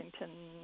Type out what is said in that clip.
Washington